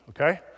Okay